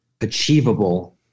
achievable